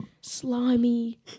slimy